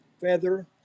feather